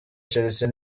chelsea